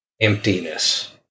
emptiness